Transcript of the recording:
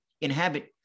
inhabit